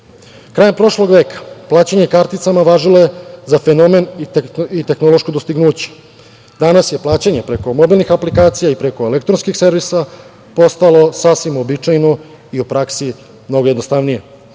prošlog veka plaćanje karticama važilo je za fenomen i tehnološko dostignuće. Danas je plaćanje preko mobilnih aplikacija i preko elektronskih servisa postalo sasvim uobičajeno i u praksi mnogo jednostavnije.